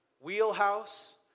wheelhouse